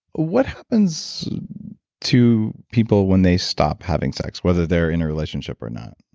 what happens to people when they stop having sex? whether they're in a relationship or not?